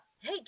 hey